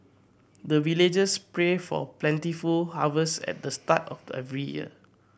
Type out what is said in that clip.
the villagers pray for plentiful harvest at the start of the every year